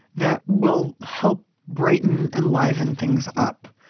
that will help brighten and liven things up.